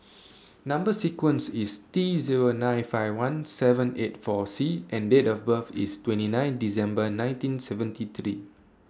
Number sequence IS T Zero nine five one seven eight four C and Date of birth IS twenty nine December nineteen seventy today